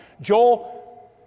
Joel